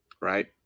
Right